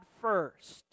first